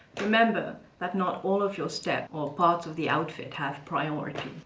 remember that not all of your steps or parts of the outfit have priority.